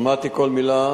שמעתי כל מלה,